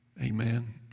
Amen